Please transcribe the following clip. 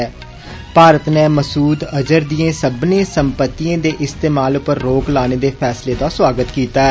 ऽ भारत ने मसूद अज़हर दिएं सब्बनें सम्पतियें दे इस्तेमाल पर रोक लाने दे फैसले दा सुआगत कीता ऐ